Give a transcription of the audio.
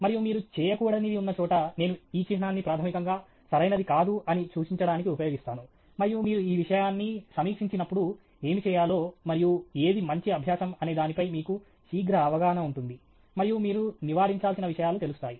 మరియు మీరు చేయకూడనిది ఉన్నచోట నేను ఈ చిహ్నాన్ని ప్రాథమికంగా సరైనది కాదు అని సూచించడానికి ఉపయోగిస్తాను మరియు మీరు ఈ విషయాన్ని సమీక్షించినప్పుడు ఏమి చేయాలో మరియు ఏది మంచి అభ్యాసం అనే దానిపై మీకు శీఘ్ర అవగాహన ఉంటుంది మరియు మీరు నివారించాల్సిన విషయాలు తెలుస్తాయి